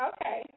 Okay